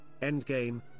Endgame